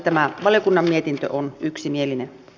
tämä valiokunnan mietintö on yksimielinen